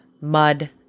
mud